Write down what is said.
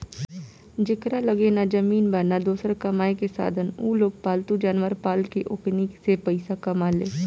जेकरा लगे ना जमीन बा, ना दोसर कामायेके साधन उलोग पालतू जानवर पाल के ओकनी से पईसा कमाले